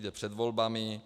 Je před volbami.